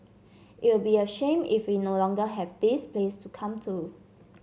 it'll be a shame if we no longer have this place to come to